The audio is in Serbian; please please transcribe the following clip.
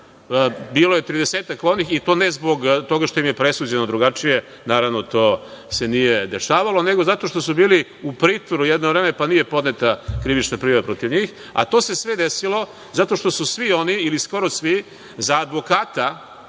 bilo je tridesetak onih i to ne što im je presuđeno drugačije, naravno, to se nije dešavalo, nego zato što su bili u pritvoru jedno vreme, pa nije podneta krivična prijava protiv njih, a to se sve desilo zato što su svi oni, ili skoro svi, za advokata